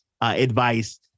advice